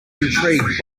intrigued